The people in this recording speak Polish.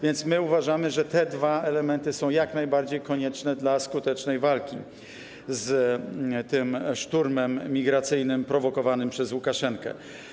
Więc uważamy, że te dwa elementy są jak najbardziej konieczne dla skutecznej walki z tym szturmem migracyjnym prowokowanym przez Łukaszenkę.